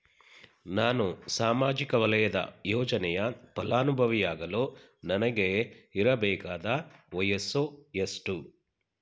ನಾನು ಸಾಮಾಜಿಕ ವಲಯದ ಯೋಜನೆಯ ಫಲಾನುಭವಿ ಯಾಗಲು ನನಗೆ ಇರಬೇಕಾದ ವಯಸ್ಸು ಎಷ್ಟು?